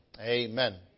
Amen